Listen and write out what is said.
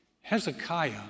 Hezekiah